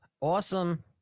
Awesome